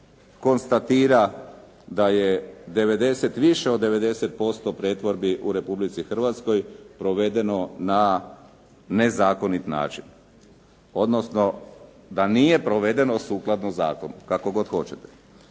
konstatira da je više od 90% pretvorbi u Republici Hrvatskoj provedeno na nezakonit način, odnosno da nije provedeno sukladno zakonu, kako god hoćete.